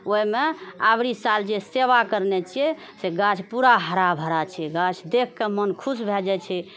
ओइमे आबरी साल जे सेवा करने छियै से गाछ पूरा हरा भरा छै गाछ देख कऽ मोन खुश भए जाइ छै